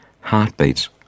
heartbeats